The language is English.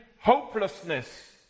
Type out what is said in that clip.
hopelessness